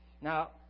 Now